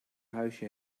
huisje